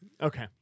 Okay